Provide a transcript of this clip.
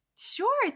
Sure